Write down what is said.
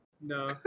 no